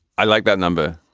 i like that number.